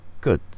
good